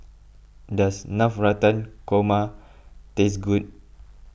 does Navratan Korma taste good